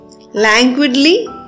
languidly